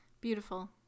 beautiful